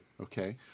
Okay